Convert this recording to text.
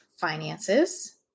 finances